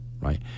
right